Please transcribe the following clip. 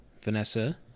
vanessa